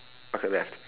okay left